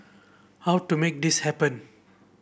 how to make this happen